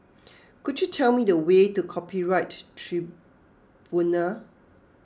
could you tell me the way to Copyright Tribunal